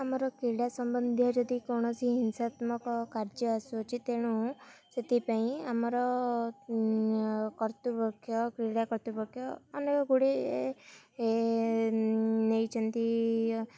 ଆମର କ୍ରୀଡ଼ା ସମ୍ବନ୍ଧୀୟ ଯଦି କୌଣସି ହିଂସାତ୍ମକ କାର୍ଯ୍ୟ ଆସୁଅଛି ତେଣୁ ସେଥିପାଇଁ ଆମର କର୍ତ୍ତୃପକ୍ଷ କ୍ରୀଡ଼ା କର୍ତ୍ତୃପକ୍ଷ ଅନେକ ଗୁଡ଼ିଏ ନେଇଛନ୍ତି